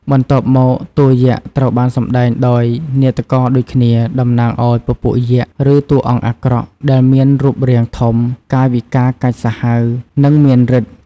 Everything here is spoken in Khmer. បន្ទាប់មក តួយក្សត្រូវបានសម្ដែងដោយនាដករដូចគ្នា តំណាងឲ្យពពួកយក្ស ឬតួអង្គអាក្រក់ ដែលមានរូបរាងធំ កាយវិការកាចសាហាវ និងមានឥទ្ធិឫទ្ធិ។